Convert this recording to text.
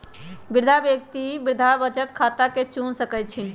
वृद्धा व्यक्ति वृद्धा बचत खता के चुन सकइ छिन्ह